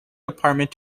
department